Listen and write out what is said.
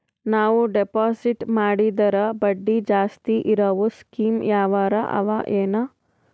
ನಾವು ಡೆಪಾಜಿಟ್ ಮಾಡಿದರ ಬಡ್ಡಿ ಜಾಸ್ತಿ ಇರವು ಸ್ಕೀಮ ಯಾವಾರ ಅವ ಏನ?